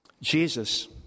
Jesus